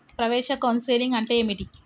ప్రవేశ కౌన్సెలింగ్ అంటే ఏమిటి?